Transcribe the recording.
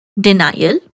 denial